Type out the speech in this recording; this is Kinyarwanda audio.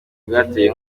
bwateye